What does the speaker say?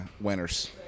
Winners